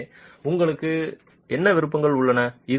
எனவே உங்களுக்கு என்ன விருப்பங்கள் உள்ளன